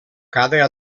cada